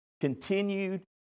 continued